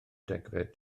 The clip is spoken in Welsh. degfed